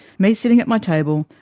me sitting at my table,